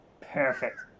Perfect